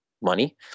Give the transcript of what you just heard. money